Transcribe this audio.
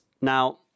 Now